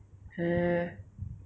mm